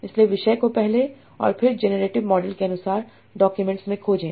इसलिए विषय को पहले और फिर जेनेरेटिव मॉडल के अनुसार डॉक्यूमेंट्स में खोजें